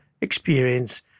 experience